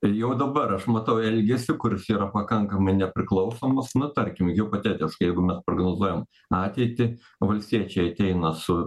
ir jau dabar aš matau elgesį kuris yra pakankamai nepriklausomas nu tarkim hipotetiškai jeigu mes pragalvojam ateitį valstiečiai ateina su